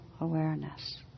awareness